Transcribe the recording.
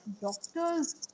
doctors